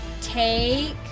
take